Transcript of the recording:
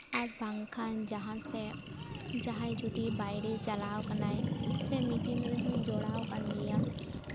ᱟᱨ ᱵᱟᱝᱠᱷᱟᱱ ᱡᱟᱦᱟᱸ ᱥᱮᱫ ᱡᱟᱦᱟᱸ ᱡᱩᱫᱤ ᱵᱟᱭᱨᱮ ᱪᱟᱞᱟᱣ ᱠᱟᱱᱟᱭ ᱥᱮ ᱢᱤᱴᱤᱝ ᱨᱮᱦᱚᱧ ᱡᱚᱲᱟᱣ ᱠᱟᱱ ᱜᱮᱭᱟ